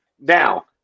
Now